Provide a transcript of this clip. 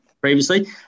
previously